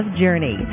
journey